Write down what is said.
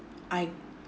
I